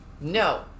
No